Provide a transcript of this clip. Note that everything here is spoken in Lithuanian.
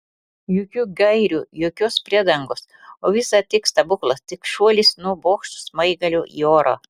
jokių gairių jokios priedangos o visa tik stebuklas tik šuolis nuo bokšto smaigalio į orą